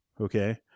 okay